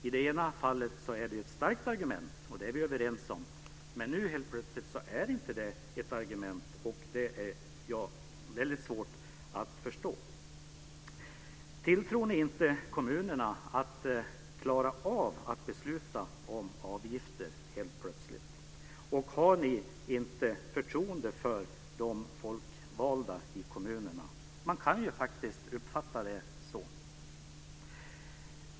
I det ena fallet är det ett starkt argument, och det är vi överens om, men nu helt plötsligt är det inte något argument, och det har jag väldigt svårt att förstå. Tilltror ni inte kommunerna att klara av att besluta om avgifter helt plötsligt, och har ni inte förtroende för de folkvalda i kommunerna? Man kan ju faktiskt uppfatta det så.